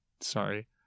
sorry